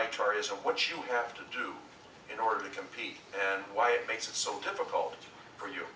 itar is and what you have to do in order to compete and why it makes it so difficult for you